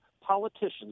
politicians